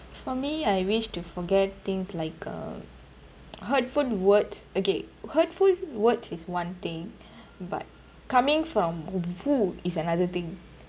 for me I wish to forget things like uh hurtful words okay hurtful words is one thing but coming from who is another thing